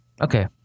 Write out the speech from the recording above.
Okay